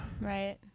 right